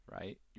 right